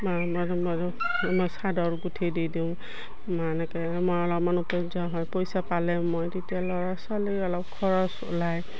মই চাদৰ গুঠি দি দিওঁ এনেকৈ মই অলপমান উপয্য হয় পইচা পালে মই তেতিয়া ল'ৰা ছোৱালীৰ অলপ খৰচ ওলায়